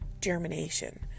germination